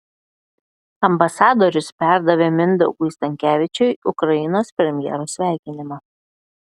ambasadorius perdavė mindaugui stankevičiui ukrainos premjero sveikinimą